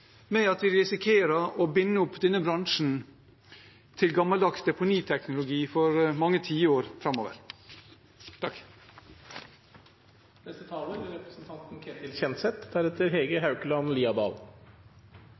med at vi risikerer å binde opp denne bransjen til gammeldags deponiteknologi for mange tiår framover?